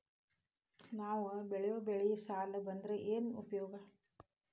ನಾವ್ ಬೆಳೆಯೊ ಬೆಳಿ ಸಾಲಕ ಬಂದ್ರ ಏನ್ ಉಪಯೋಗ?